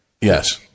Yes